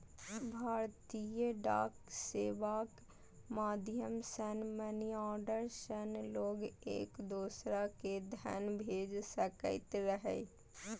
भारतीय डाक सेवाक माध्यम सं मनीऑर्डर सं लोग एक दोसरा कें धन भेज सकैत रहै